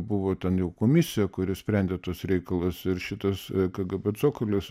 buvo ten jau komisija kuri sprendė tuos reikalus ir šitas kgb cokolis